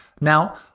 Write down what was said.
Now